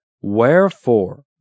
Wherefore